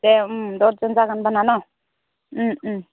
दे दसजन जागोनान'